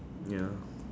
ya